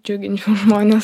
džiuginčiau žmones